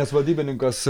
nes vadybininkas